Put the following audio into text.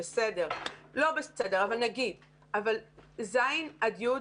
בסדר - לא בסדר אבל נגיד - אבל ז' עד י',